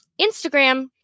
Instagram